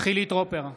חילי טרופר,